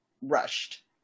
rushed